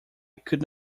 could